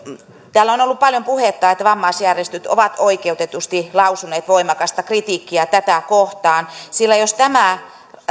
täällä on ollut paljon puhetta että vammaisjärjestöt ovat oikeutetusti lausuneet voimakasta kritiikkiä tätä kohtaan sillä jos tämä